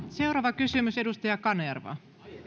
seuraava kysymys edustaja kanerva